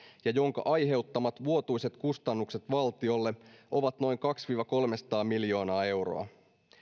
ja jonka aiheuttamat vuotuiset kustannukset valtiolle ovat noin kaksisataa viiva kolmesataa miljoonaa euroa